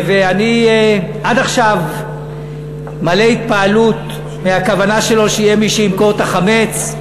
אני עד עכשיו מלא התפעלות מהכוונה שלו שיהיה מי שימכור את החמץ.